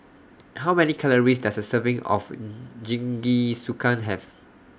How Many Calories Does A Serving of Jingisukan Have